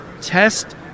test